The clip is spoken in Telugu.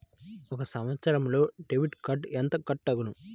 ఒక సంవత్సరంలో డెబిట్ కార్డుకు ఎంత కట్ అగును?